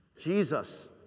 Jesus